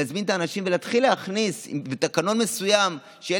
להזמין את האנשים ולהתחיל להכניס תקנון מסוים שיהיה